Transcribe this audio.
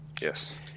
Yes